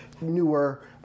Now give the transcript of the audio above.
newer